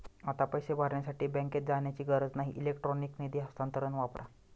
आता पैसे भरण्यासाठी बँकेत जाण्याची गरज नाही इलेक्ट्रॉनिक निधी हस्तांतरण वापरा